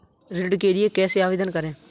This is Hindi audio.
ऋण के लिए कैसे आवेदन करें?